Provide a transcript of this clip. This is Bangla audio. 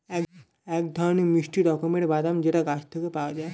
এক ধরনের মিষ্টি রকমের বাদাম যেটা গাছ থেকে পাওয়া যায়